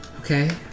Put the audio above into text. Okay